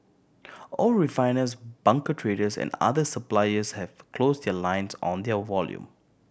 all refiners bunker traders and other suppliers have closed the lines on their volume